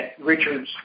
Richards